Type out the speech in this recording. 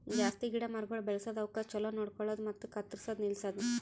ಜಾಸ್ತಿ ಗಿಡ ಮರಗೊಳ್ ಬೆಳಸದ್, ಅವುಕ್ ಛಲೋ ನೋಡ್ಕೊಳದು ಮತ್ತ ಕತ್ತುರ್ಸದ್ ನಿಲ್ಸದು